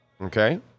okay